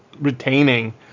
retaining